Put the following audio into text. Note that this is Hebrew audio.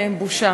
בושה.